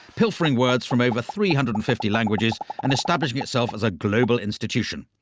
pilfering words from over three hundred and fifty languages and establishing itself as a global institution.